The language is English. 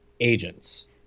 agents